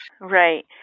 Right